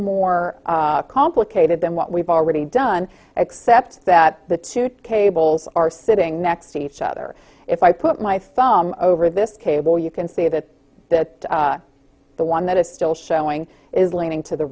more complicated than what we've already done except that the two cables are sitting next to each other if i put my phone over this cable you can see that that the one that is still showing is leaning to the